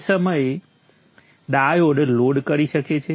તે સમયે diode load કરી શકે છે